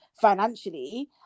financially